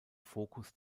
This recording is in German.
fokus